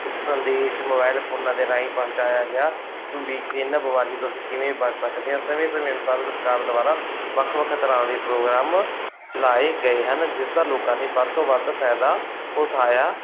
ਇੱਕ ਸੰਦੇਸ਼ ਮੋਬਾਇਲ ਫੋਨਾਂ ਦੇ ਰਾਹੀਂ ਪਹੁੰਚਾਇਆ ਗਿਆ ਵੀ ਇਹਨਾਂ ਬਿਮਾਰੀਆਂ ਤੋਂ ਅਸੀਂ ਕਿਵੇਂ ਬਚ ਸਕਦੇ ਹਾਂ ਸਮੇਂ ਸਮੇਂ ਅਨੁਸਾਰ ਸਰਕਾਰ ਦੁਆਰਾ ਵੱਖ ਵੱਖ ਤਰ੍ਹਾਂ ਦੇ ਪ੍ਰੋਗਰਾਮ ਚਲਾਏ ਗਏ ਹਨ ਜਿਸ ਦਾ ਲੋਕਾਂ ਨੇ ਵੱਧ ਤੋਂ ਵੱਧ ਫ਼ਾਇਦਾ ਉਠਾਇਆ